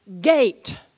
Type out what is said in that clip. gate